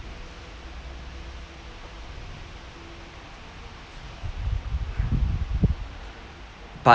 part